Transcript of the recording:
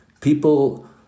people